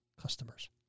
customers